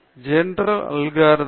general algorithm